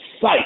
sight